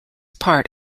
part